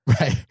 Right